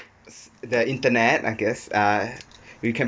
the internet I guess ah we can